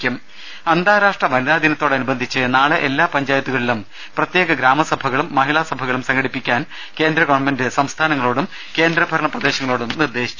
രംഭട്ട്ട്ട്ട്ട്ട്ട്ട്ട അന്താരാഷ്ട്ര വനിതാദിനത്തോടനുബന്ധിച്ച് നാളെ എല്ലാ പഞ്ചായത്തു കളിലും പ്രത്യേക ഗ്രാമസഭകളും മഹിളാ സഭകളും സംഘടിപ്പിക്കാൻ കേന്ദ്ര ഗവൺമെന്റ് സംസ്ഥാനങ്ങളോടും കേന്ദ്രഭരണ പ്രദേശങ്ങളോടും നിർദ്ദേ ശിച്ചു